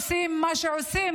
עושים מה שעושים,